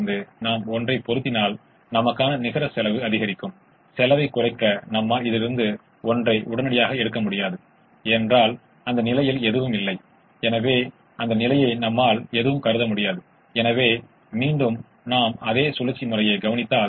இப்போது இரட்டைக்கான சில சாத்தியமான தீர்வுகளைக் கண்டுபிடிப்போம் முதலில் 00 உண்மையில் சாத்தியமா என்பதை சரிபார்க்கலாம்